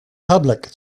public